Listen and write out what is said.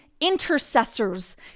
intercessors